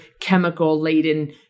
chemical-laden